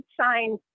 sign